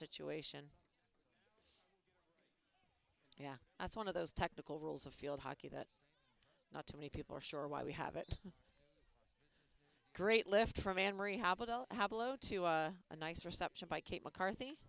situation yeah that's one of those technical rules of field hockey that not too many people are sure why we have it great lift from anne marie hospital how below to a nice reception by kate mccarthy